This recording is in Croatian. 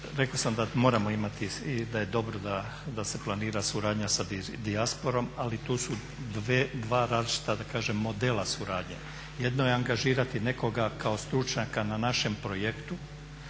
rekao sam da moramo imati i da je dobro da se planira suradnja sa dijasporom ali tu su dva različita modela suradnje. Jedno je angažirati nekoga kao stručnjaka na našem projektu,